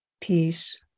peace